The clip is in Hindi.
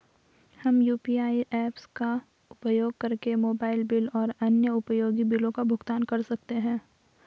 हम यू.पी.आई ऐप्स का उपयोग करके मोबाइल बिल और अन्य उपयोगी बिलों का भुगतान कर सकते हैं